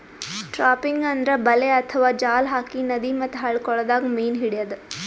trapping ಅಂದ್ರ ಬಲೆ ಅಥವಾ ಜಾಲ್ ಹಾಕಿ ನದಿ ಮತ್ತ್ ಹಳ್ಳ ಕೊಳ್ಳದಾಗ್ ಮೀನ್ ಹಿಡ್ಯದ್